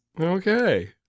Okay